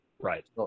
Right